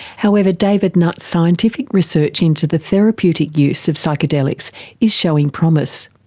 however, david nutt's scientific research into the therapeutic use of psychedelics is showing promise.